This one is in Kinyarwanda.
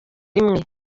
rimwe